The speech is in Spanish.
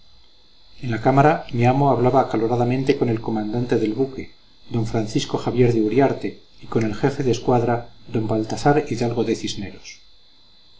en la cámara mi amo hablaba acaloradamente con el comandante del buque don francisco javier de uriarte y con el jefe de escuadra don baltasar hidalgo de cisneros